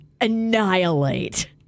annihilate